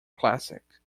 classic